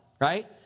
right